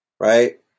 right